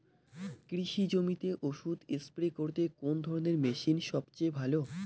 কৃষি জমিতে ওষুধ স্প্রে করতে কোন ধরণের মেশিন সবচেয়ে ভালো?